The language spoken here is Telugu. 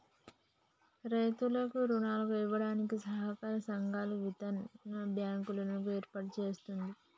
రైతులకు రుణాలు ఇవ్వడానికి సహకార సంఘాలు, విత్తన బ్యాంకు లను ఏర్పాటు చేస్తుంది